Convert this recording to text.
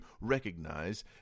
recognize